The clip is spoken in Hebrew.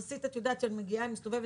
את יודעת אני מסתובבת,